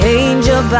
angel